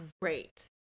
great